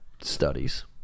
studies